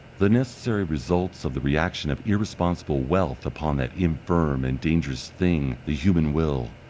the necessary results of the reaction of irresponsible wealth upon that infirm and dangerous thing the human will,